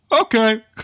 okay